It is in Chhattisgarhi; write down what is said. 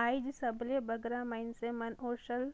आएज सबले बगरा मइनसे मन सोसल